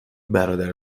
برادر